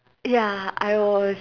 ya I was